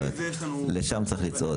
לשם צריך לצעוד.